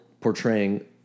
portraying